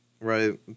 right